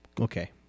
okay